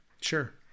Sure